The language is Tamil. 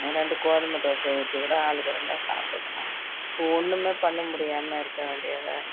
ரெண்டு கோதுமை தோசையை ஊற்றி கூட ஆளுக்கு ரெண்டாக சாப்பிட்டுக்குலாம் இப்போ ஒன்றுமே பண்ண முடியாமல் இருக்க வேண்டியதாக இருக்குது